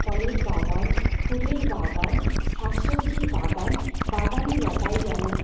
ফলের বাগান ফুলের বাগান শাক সবজির বাগান বাগানে লতায় যেন